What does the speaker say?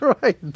Right